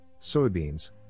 soybeans